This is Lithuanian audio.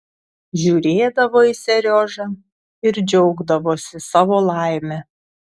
žiūrėdavo į seriožą ir džiaugdavosi savo laime